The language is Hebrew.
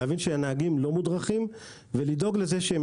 להבין שהנהגים לא מודרכים ולדאוג לזה שהם